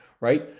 right